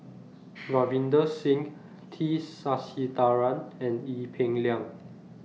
Ravinder Singh T Sasitharan and Ee Peng Liang